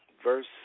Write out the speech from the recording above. Verse